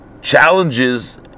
challenges